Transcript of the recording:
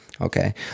okay